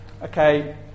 Okay